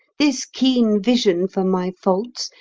this keen vision for my faults,